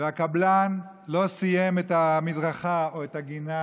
והקבלן לא סיים את המדרכה או את הגינה,